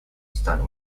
stan